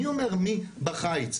מי אומר מי בחיץ?